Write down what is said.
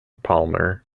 palmer